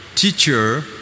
Teacher